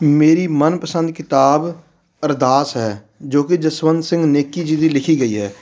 ਮੇਰੀ ਮਨਪਸੰਦ ਕਿਤਾਬ ਅਰਦਾਸ ਹੈ ਜੋ ਕਿ ਜਸਵੰਤ ਸਿੰਘ ਨੇਕੀ ਜੀ ਦੀ ਲਿਖੀ ਗਈ ਹੈ